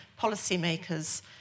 policymakers